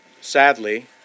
Sadly